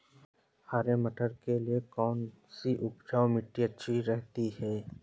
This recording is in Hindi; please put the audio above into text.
हरे मटर के लिए कौन सी उपजाऊ मिट्टी अच्छी रहती है?